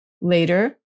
Later